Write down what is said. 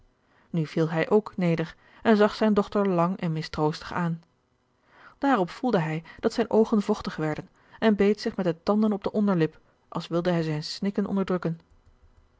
nu viel hij ook neder en zag zijne dochter lang en mistroostig aan daarop voelde hij dat zijne oogen vochtig werden en beet zich met de tanden op de onderlip als wilde hij zijn snikken onderdrukken